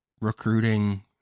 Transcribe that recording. recruiting